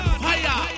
fire